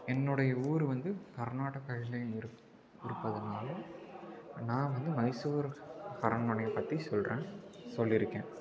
என்னுடைய ஊர் வந்து கர்நாடகா எல்லையில் இருக் இருப்பதனால் நான் வந்து மைசூர் அரண்மனையை பற்றி சொல்றேன் சொல்லிஇருக்கேன்